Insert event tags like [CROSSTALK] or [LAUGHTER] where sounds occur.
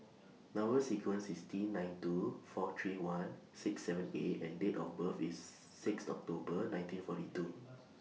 Number sequence IS T nine two four three one six seven A and Date of birth IS six October nineteen forty two [NOISE]